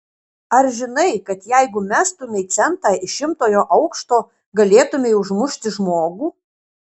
ar žinai kad jeigu mestumei centą iš šimtojo aukšto galėtumei užmušti žmogų